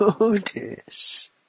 notice